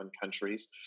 countries